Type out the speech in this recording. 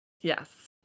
Yes